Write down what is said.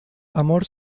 amor